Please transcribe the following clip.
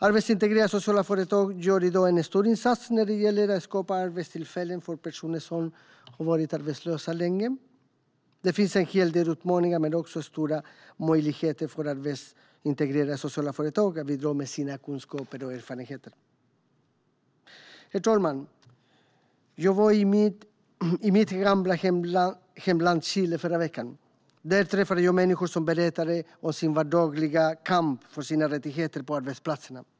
Arbetsintegrerande sociala företag gör i dag en stor insats när det gäller att skapa arbetstillfällen för personer som har varit arbetslösa länge. Det finns en hel del utmaningar, men också stora möjligheter, för arbetsintegrerande sociala företag att bidra med sina kunskaper och erfarenheter. Herr talman! Jag var i mitt gamla hemland Chile i förra veckan. Där träffade jag människor som berättade om sin vardagliga kamp för sina rättigheter på arbetsplatserna.